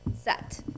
set